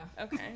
Okay